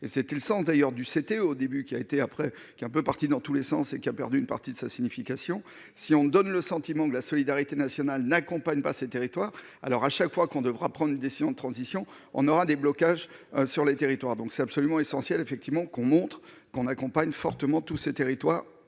et c'est une sorte d'ailleurs du c'était au début qui a été, après qu'un peu partout dans tous les sens et qui a perdu une partie de sa signification si on donne le sentiment que la solidarité nationale n'accompagne pas ses territoires, alors à chaque fois qu'on devra prendre une décision de transition, on aura des blocages sur les territoires, donc c'est absolument essentiel, effectivement, qu'on montre qu'on accompagne fortement tous ces territoires,